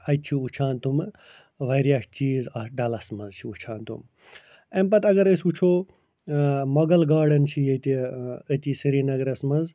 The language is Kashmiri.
اَتہِ چھِ وُچھان تِمہٕ وارِیاہ چیٖز اتھ ڈلس منٛز چھِ وُچھان تِم اَمہِ پتہٕ اگر أسۍ وُچھو مغل گارڈٕن چھِ ییٚتہِ أتی سریٖنگرس منٛز